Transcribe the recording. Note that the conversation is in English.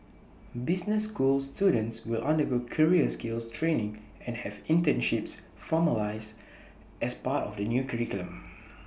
business school students will undergo career skills training and have internships formalised as part of the new curriculum